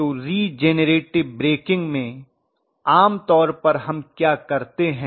तो regenerative braking में आम तौर पर हम क्या करते हैं